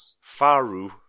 Faru